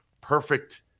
perfect